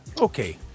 Okay